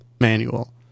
manual